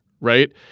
right